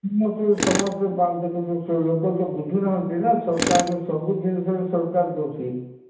ମୋତେ ସମସ୍ତେ ଲୋକ ତ ବୁଝୁ ନାହାନ୍ତି ନା ସରକାରଙ୍କୁ ସବୁ ଜିନିଷ ସରକାର ଦୋଷୀ